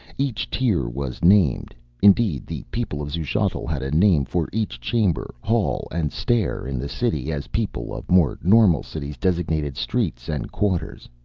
each tier was named indeed, the people of xuchotl had a name for each chamber, hall and stair in the city, as people of more normal cities designate streets and quarters.